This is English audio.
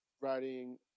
writing